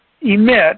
emit